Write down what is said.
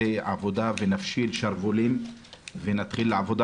עבודה ונפשיל שרוולים ונתחיל לעבוד.